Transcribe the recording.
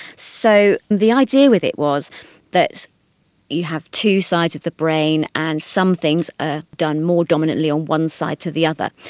so the idea with it was that you have two sides of the brain and some things are done more dominantly on one side to the other.